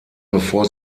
bevor